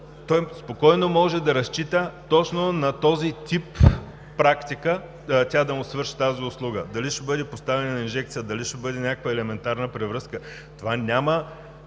той спокойно може да разчита точно на този тип практика да му свърши тази услуга – дали ще бъде поставяне на инжекция, дали ще бъде някаква елементарна превръзка, това няма